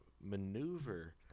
maneuver